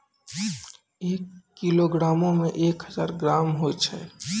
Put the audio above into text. एक किलोग्रामो मे एक हजार ग्राम होय छै